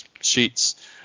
sheets